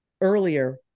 earlier